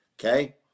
okay